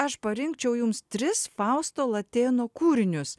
aš parinkčiau jums tris fausto latėno kūrinius